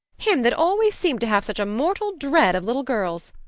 him that always seemed to have such a mortal dread of little girls.